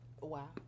Wow